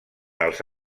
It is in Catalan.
els